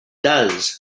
does